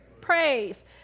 praise